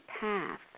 path